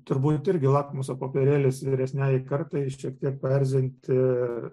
turbūt irgi lakmuso popierėlis vyresniajai kartai šiek tiek paerzinti